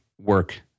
work